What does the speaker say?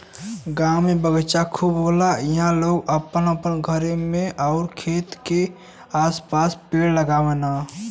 गांव में बगीचा खूब होला इहां लोग अपने घरे आउर खेत के आस पास पेड़ लगावलन